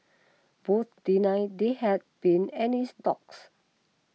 both denied they had been any talks